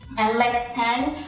and let's send